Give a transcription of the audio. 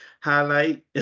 highlight